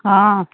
हँ